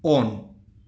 on